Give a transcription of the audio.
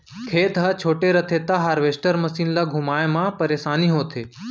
खेत ह छोटे रथे त हारवेस्टर मसीन ल घुमाए म परेसानी होथे